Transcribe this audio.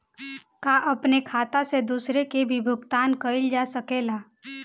का अपने खाता से दूसरे के भी भुगतान कइल जा सके ला?